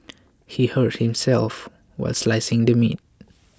he hurt himself while slicing the meat